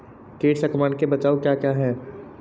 कीट संक्रमण के बचाव क्या क्या हैं?